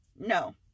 no